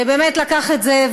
שבאמת לקח את זה,